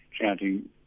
chanting